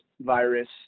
virus